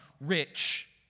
rich